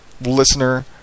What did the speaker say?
listener